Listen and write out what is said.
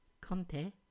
Conte